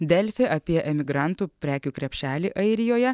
delfi apie emigrantų prekių krepšelį airijoje